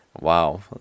Wow